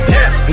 Yes